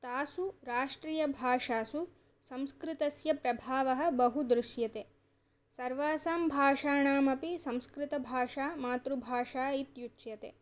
तासु राष्ट्रीयभाषासु संस्कृतस्य प्रभावः बहु दृश्यते सर्वासां भाषाणामपि संस्कृतभाषा मातृभाषा इत्युच्यते